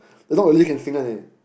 the dog really can sing one leh